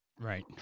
Right